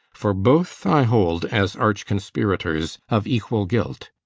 for both i hold, as arch-conspirators, of equal guilt.